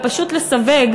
אלא פשוט לסווג,